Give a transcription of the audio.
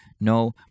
no